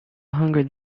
hungry